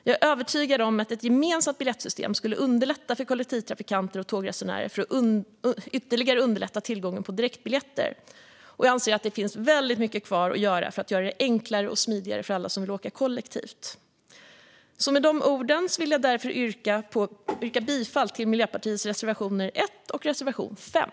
Jag är övertygad om att ett gemensamt biljettsystem skulle underlätta för kollektivtrafikanter och tågresenärer och ytterligare underlätta tillgången till direktbiljetter. Jag anser att det finns väldigt mycket kvar att göra för att göra det enklare och smidigare för alla som vill åka kollektivt. Med dessa ord vill jag yrka bifall till Miljöpartiets reservationer 1 och 5.